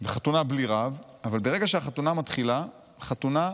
חתונה בלי רב, אבל ברגע שהחתונה מתחילה, חתונה